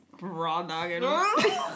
raw-dogging